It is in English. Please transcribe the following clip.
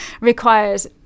requires